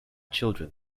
children